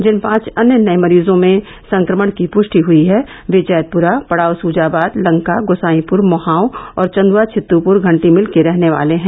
जिन पांच अन्य नए मरीजों में संक्रमण की पुष्टि हई है वे जैतप्रा पड़ाव सुजाबाद लंका गोसाईपुर मोहांव और चंद्आ छितुपुर घंटी मिल के रहने वाले हैं